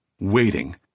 Waiting